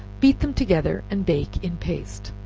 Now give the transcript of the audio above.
beat them together and bake in paste.